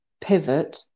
pivot